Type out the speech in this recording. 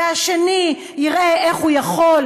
השני יראה איך הוא יכול,